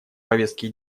повестки